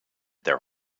their